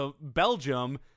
Belgium